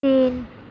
تین